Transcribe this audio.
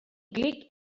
klik